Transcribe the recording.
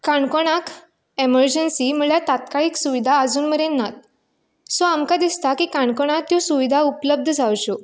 काणकोणांत एमरजंन्सी म्हळ्यार तातकाळीक सुविधा आजून मेरेन ना सो आमकां दिसता की काणकोणा त्यो सुविधा उपलब्द जावच्यो